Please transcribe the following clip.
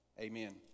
Amen